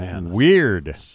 Weird